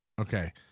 Okay